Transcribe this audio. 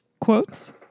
quotes